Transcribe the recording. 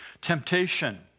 temptation